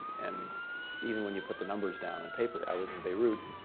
and even when you put the numbers down on paper. i was in beirut